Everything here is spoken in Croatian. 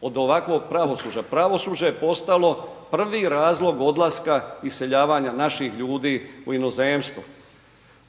od ovakvog pravosuđa. Pravosuđe je postalo prvi razlog odlaska iseljavanja naših ljudi u inozemstvu.